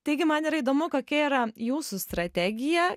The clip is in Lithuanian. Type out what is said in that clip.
taigi man yra įdomu kokia yra jūsų strategija